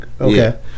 okay